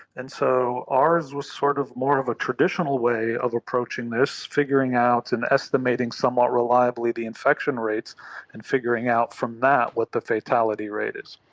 and so ours was sort of more of a traditional way of approaching this, figuring out and estimating somewhat reliably the infection rates and figuring out from that what the fatality rate is.